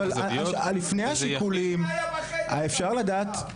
אבל לפני השיקולים, אפשר לדעת?